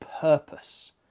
purpose